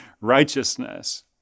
righteousness